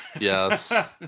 Yes